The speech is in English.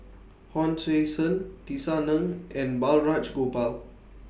Hon Sui Sen Tisa Ng and Balraj Gopal